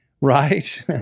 Right